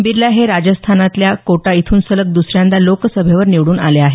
बिर्ला हे राजस्थानातल्या कोटा इथून सलग दसऱ्यांदा लोकसभेवर निवड्रन आले आहेत